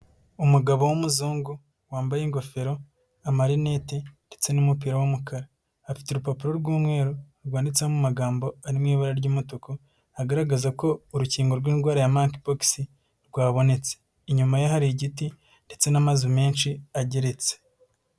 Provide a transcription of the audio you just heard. Umugabo w'umuzungu, wambaye ingofero, amarineti ndetse n'umupira w'umukara. Afite urupapuro rw'umweru rwanditseho amagambo ari mu ibara ry'umutuku, agaragaza ko urukingo rw'indwara ya Monkey pox rwabonetse. Inyuma ye hari igiti ndetse n'amazu menshi ageretse.